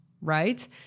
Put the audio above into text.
right